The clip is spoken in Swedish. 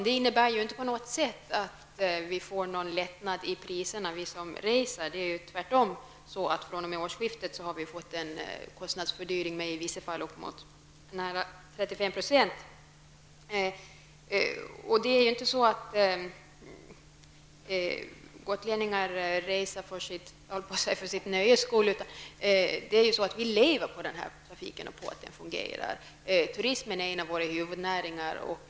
Det innebär inte på något sätt att vi som reser får någon lättnad på priserna. Tvärtom har vi sedan årsskiftet fått kostnadsfördyringar med närmare 35 %. Det är inte så att gotlänningar alltid reser för nöjes skull. Vi lever på att trafiken fungerar. Turismen är en av våra huvudnäringar.